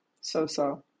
so-so